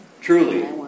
truly